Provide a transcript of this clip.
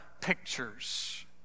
pictures